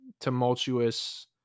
tumultuous